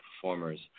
performers